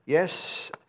Yes